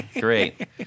Great